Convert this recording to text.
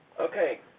Okay